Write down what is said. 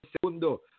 Segundo